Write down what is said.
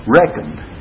reckoned